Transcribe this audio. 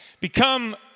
become